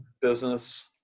business